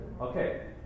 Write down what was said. Okay